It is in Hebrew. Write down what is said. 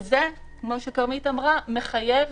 וזה, כמו שכרמית אמרה, מחייב